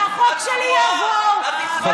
החוק שלי יעבור גם בלעדייך, גם בלעדיך.